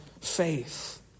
faith